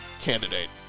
candidate